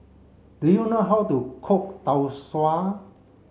do you know how to cook Tau Suan